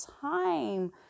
time